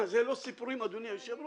זה לא סיפורים, אדוני היושב-ראש?